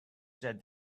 said